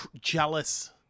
jealous